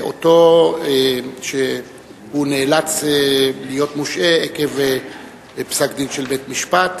שהוא נאלץ להיות מושעה עקב פסק-דין של בית-משפט.